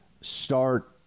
start